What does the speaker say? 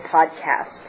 Podcast